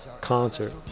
concert